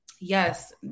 Yes